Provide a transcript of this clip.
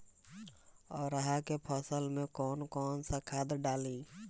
अरहा के फसल में कौन कौनसा खाद डाली?